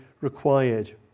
required